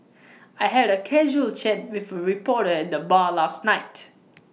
I had A casual chat with reporter the bar last night